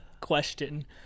question